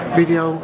video